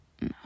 No